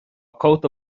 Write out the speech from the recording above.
cóta